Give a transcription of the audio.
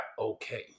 okay